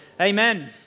Amen